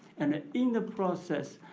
and ah in the process,